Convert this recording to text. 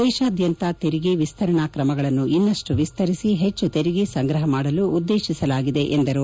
ದೇಶಾದ್ಯಂತ ತೆರಿಗೆ ವಿಸ್ತರಣಾ ಕ್ರಮಗಳನ್ನು ಇನ್ನಷ್ಟು ವಿಸ್ತರಿಸಿ ಹೆಚ್ಚು ತೆರಿಗೆ ಸಂಗ್ರಹ ಮಾಡಲು ಉದ್ದೇತಿಸಲಾಗಿದೆ ಎಂದರು